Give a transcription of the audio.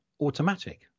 automatic